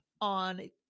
on